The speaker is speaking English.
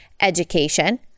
education